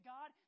God